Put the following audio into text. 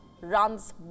runs